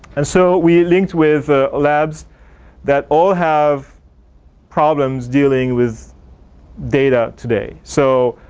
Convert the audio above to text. and so, we linked with ah labs that all have problems dealing with data today. so,